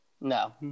No